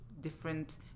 different